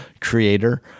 creator